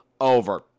over